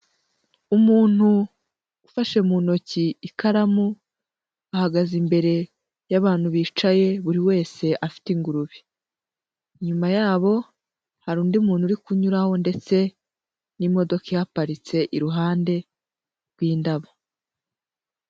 Umuntu ufashe mu ntoki ikaramu, ahagaze imbere y'abantu bicaye buri wese afite ingurube. Inyuma yabo hari undi muntu uri kunyuraho, ndetse n'imodoka ihaparitse iruhande rw'indabo.